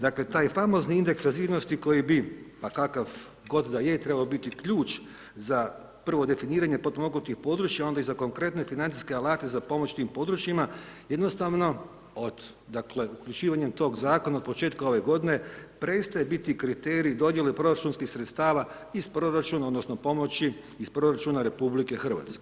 Dakle, taj famozni indeks razvijenosti, koji bi, kakav god da je, trebao biti ključ za prvo definiranje potpomognutim područjima, a onda i za konkretne financijske alate za pomoć tim područjima, jednostavno od uključivanje tog zakona od početka ove g. prestaje biti kriterij dodjele proračunskih sredstava iz proračuna, odnosno, pomoći iz proračuna RH.